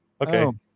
okay